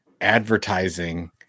advertising